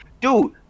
dude